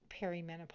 perimenopause